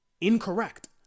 incorrect